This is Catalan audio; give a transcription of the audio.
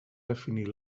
definir